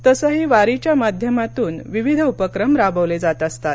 तसं वारीच्या माध्यमातून विविध उपक्रम राबवले जात असतात